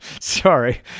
Sorry